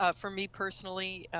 ah for me personally,